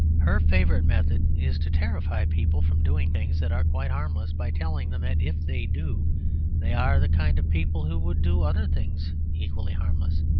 her favourite method is to terrify people from doing things that are quite harmless by telling them that if they do they are the kind of people who would do other things, equally harmless.